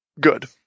good